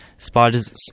Spiders